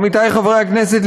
עמיתי חברי הכנסת,